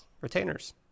retainers